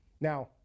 Now